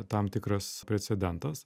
tam tikras precedentas